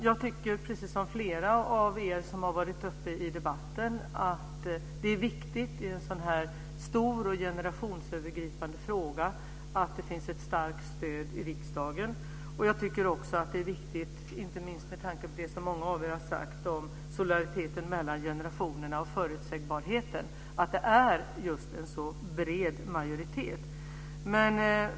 Jag tycker, precis som flera av er som har varit uppe i debatten, att det är viktigt i en sådan här stor och generationsövergripande fråga att det finns ett starkt stöd i riksdagen. Jag tycker också att det är viktigt, inte minst med tanke på vad många av er har sagt om solidariteten mellan generationerna och förutsägbarheten, att det är en bred majoritet.